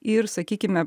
ir sakykime